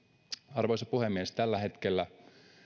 arvoisa puhemies tällä hetkellä